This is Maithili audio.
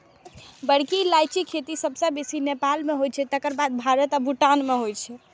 बड़की इलायचीक खेती सबसं बेसी नेपाल मे होइ छै, तकर बाद भारत आ भूटान मे होइ छै